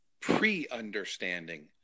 pre-understanding